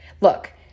Look